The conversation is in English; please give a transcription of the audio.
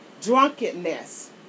drunkenness